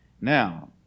Now